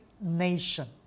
nation